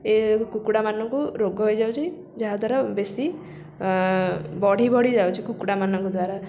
ଏ କୁକୁଡ଼ାମାନଙ୍କୁ ରୋଗ ହେଇଯାଉଛି ଯାହା ଦ୍ୱାରା ବେଶୀ ବଢ଼ି ବଢ଼ିଯାଉଛି କୁକୁଡ଼ାମାନଙ୍କ ଦ୍ୱାରା